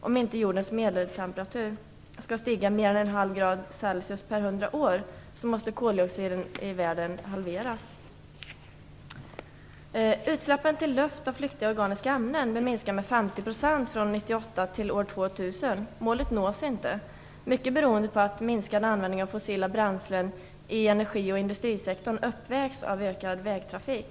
Om inte jordens medeltemperatur skall stiga mer än en halv grad Celsius per hundra år måste koldioxidutsläppen i världen halveras. Utsläppen till luft av flyktiga organiska ämnen bör minska med 50 % från 1998 till år 2000. Målet nås inte, mycket beroende på att en minskad användning av fossila bränslen inom energi och industrisektorn uppvägs av ökad vägtrafik.